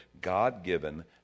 God-given